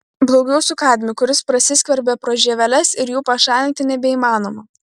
blogiau su kadmiu kuris prasiskverbia pro žieveles ir jų pašalinti nebeįmanoma